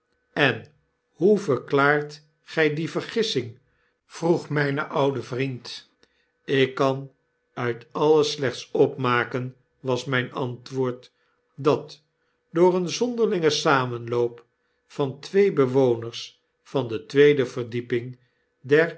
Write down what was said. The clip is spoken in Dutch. en hoe verklaart gij die vergissing vroeg myn oude vriend ik kan uit alles slechts opmaken was myn antwoord dat door een zonderlingen samenloop van twee bewoners van de tweede verdieping